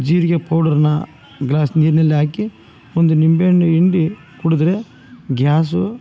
ಜೀರಿಗೆ ಪೌಡರ್ನ ಗ್ಲಾಸ್ ನೀರಿನಲ್ಲಿ ಹಾಕಿ ಒಂದು ನಿಂಬೆ ಹಣ್ಣು ಹಿಂಡಿ ಕುಡಿದರೆ ಗ್ಯಾಸು